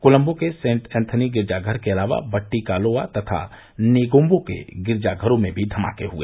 कोलम्बो के saint Anthony गिरजाघर के अलावा बट्टिकालोआ तथा नेगोम्बो के गिरजाघरों में भी धमाके हुए